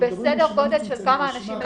באיזה סדר גודל של אנשים מדובר?